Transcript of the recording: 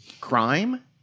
crime